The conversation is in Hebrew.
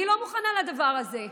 אני לא מוכנה לדבר הזה.